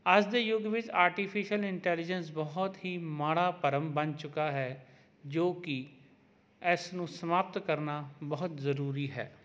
ਅੱਜ ਦੇ ਯੁੱਗ ਵਿੱਚ ਆਰਟੀਫਿਸ਼ਅਲ ਇੰਟੈਲੀਜੈਂਸ ਬਹੁਤ ਹੀ ਮਾੜਾ ਭਰਮ ਬਣ ਚੁੱਕਾ ਹੈ ਜੋ ਕਿ ਇਸ ਨੂੰ ਸਮਾਪਤ ਕਰਨਾ ਬਹੁਤ ਜ਼ਰੂਰੀ ਹੈ